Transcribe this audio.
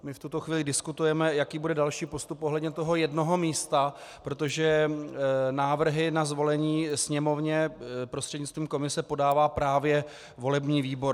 V tuto chvíli diskutujeme, jaký bude další postup ohledně toho jednoho místa, protože návrhy na zvolení Sněmovně prostřednictvím komise podává právě volební výbor.